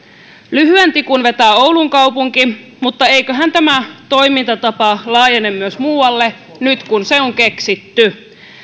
lyhyen tikun vetää oulun kaupunki mutta eiköhän tämä toimintatapa laajene myös muualle nyt kun se on keksitty